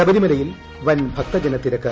ശബരിമലയിൽ വൻ ഭൂക്തജനത്തിരക്ക്